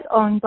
on